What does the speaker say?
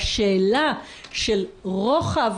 ככל שהעבירה שמיוחסת היא בעלת לשון רחבה וכוללנית יותר,